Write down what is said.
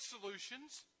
solutions